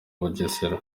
bugesera